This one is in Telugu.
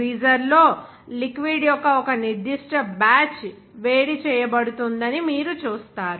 గ్రీజర్ లో లిక్విడ్ యొక్క ఒక నిర్దిష్ట బ్యాచ్ వేడి చేయబడుతుందని మీరు చూస్తారు